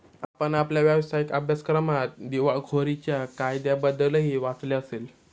आपण आपल्या व्यावसायिक अभ्यासक्रमात दिवाळखोरीच्या कायद्याबद्दलही वाचले असेल